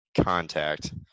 contact